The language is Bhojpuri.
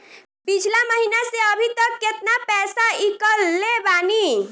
पिछला महीना से अभीतक केतना पैसा ईकलले बानी?